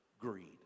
greed